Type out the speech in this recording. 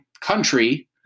country